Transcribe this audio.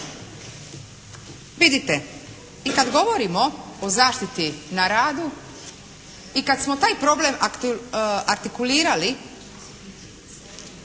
Vidite, i kada govorimo o zaštiti na radu i kada smo taj problem artikulirali